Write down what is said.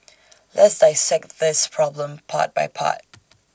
let's dissect this problem part by part